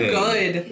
good